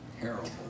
terrible